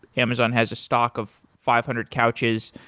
amazon has a stock of five hundred couches.